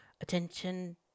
attention